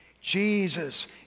Jesus